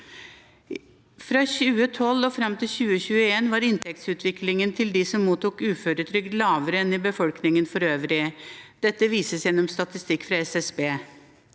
Fra 2012 og fram til 2021 var inntektsutviklingen til dem som mottok uføretrygd, lavere enn i befolkningen for øvrig. Dette vises gjennom statistikk fra SSB.